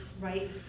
right